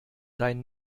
dein